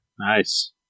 Nice